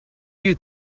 you